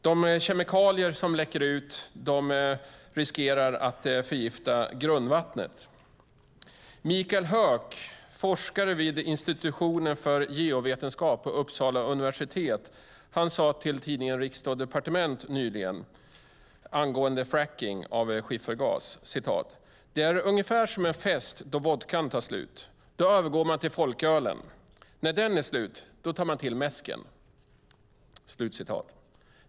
De kemikalier som läcker ut riskerar att förgifta grundvattnet. Mikael Höök, forskare vid institutionen för geovetenskap på Uppsala universitet sade nyligen till tidningen Riksdag & Departement angående fracking av skiffergas: Det är ungefär som en fest där vodkan tar slut. Då övergår man till folkölen. När den är slut tar man till mäsken.